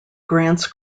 grants